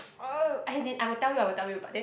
as in I will tell you I will tell you but then